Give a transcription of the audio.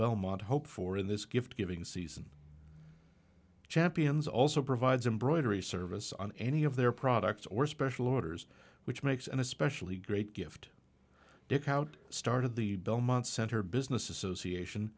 belmont hope for in this gift giving season champions also provides embroidery service on any of their products or special orders which makes an especially great gift dick out started the belmont center business association